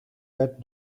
werd